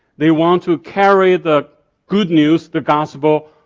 they want to carry the good news, the gospel,